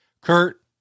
Kurt